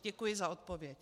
Děkuji za odpověď.